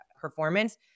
performance